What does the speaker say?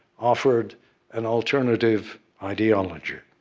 offered an alternative ideology.